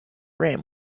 rim